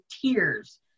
tears